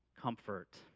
comfort